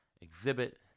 exhibit